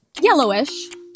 Yellowish